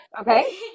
okay